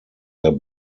der